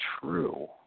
true